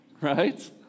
right